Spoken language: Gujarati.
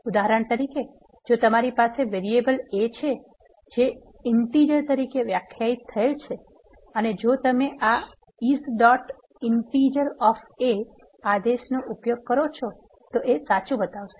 ઉદાહરણ તરીકે જો તમારી પાસે વેરિયેબલ a છે જે ઇન્ટીજર તરીકે વ્યાખ્યાયિત થયેલ છે અને જો તમે આ is dot integer of a આદેશનો ઉપયોગ કરો છો એ સાચુ બતાવશે